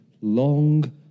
long